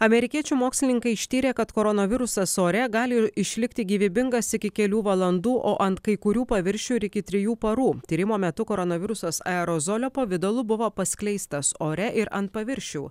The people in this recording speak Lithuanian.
amerikiečių mokslininkai ištyrė kad koronavirusas ore gali išlikti gyvybingas iki kelių valandų o ant kai kurių paviršių ir iki trijų parų tyrimo metu koronavirusas aerozolio pavidalu buvo paskleistas ore ir ant paviršių